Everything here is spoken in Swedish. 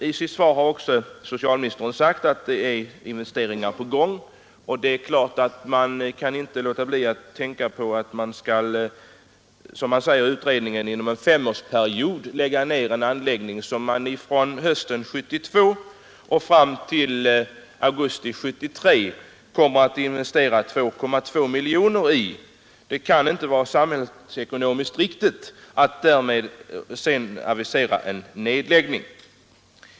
I sitt svar har socialministern sagt att det är investeringar på gång. Jag kan inte låta bli att tänka på att man — som det heter i utredningen — inom en femårsperiod skall lägga ned en anläggning som man från hösten 1972 till augusti 1973 kommer att investera 2,2 miljoner kronor i. Det kan inte vara samhällsekonomiskt riktigt att sedan avisera en nedläggning.